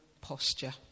posture